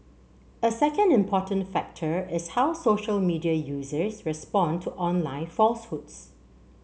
a second important factor is how social media users respond to online falsehoods